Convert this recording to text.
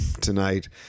tonight